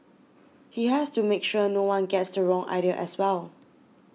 he has to make sure no one gets the wrong idea as well